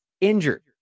injured